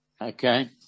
Okay